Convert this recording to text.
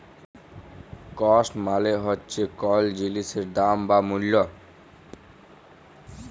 cost মালে হচ্যে কল জিলিসের দাম বা মূল্য